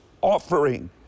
offering